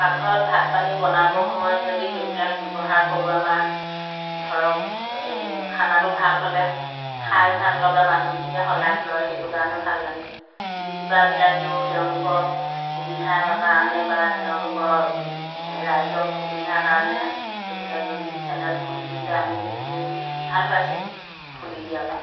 পাকঘৰত ভাত পানী বনাবৰ সময়ত যদি সেইবিলাক ব্যৱহাৰ কৰোঁ আমাৰ ধৰক এই খানাটো ভাল হ'লে খাই ভাল লগা মানুহখিনিয়ে শলাগ লয় সেইটো কাৰণে ভাল লাগে ইউটিউবাৰবিলাকেও তেওঁলোকৰ সুবিধাৰ কাৰণে বা তেওঁলোকৰ ৰাইজক সুবিধাৰ কাৰণে এইবিলাক ইউটিউব চেনেল খুলি দিছে আমি সেইখিনি ভাল পাইছোঁ খুলি দিয়াৰ পৰা